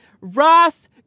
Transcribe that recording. Ross